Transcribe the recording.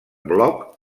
bloc